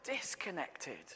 disconnected